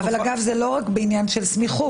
אגב, זה לא רק בעניין של סמיכות.